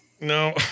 No